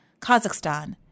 Kazakhstan